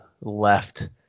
left